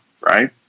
Right